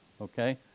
Okay